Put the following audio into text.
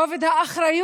את כובד האחריות